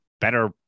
better